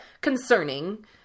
Concerning